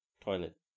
toilet